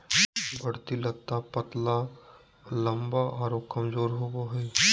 बढ़ती लता पतला लम्बा आरो कमजोर होबो हइ